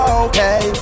okay